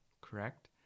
Correct